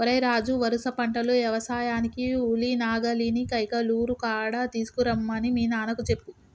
ఓరై రాజు వరుస పంటలు యవసాయానికి ఉలి నాగలిని కైకలూరు కాడ తీసుకురమ్మని మీ నాన్నకు చెప్పు